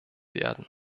werden